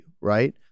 right